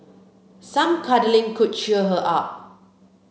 some cuddling could cheer her up